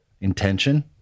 intention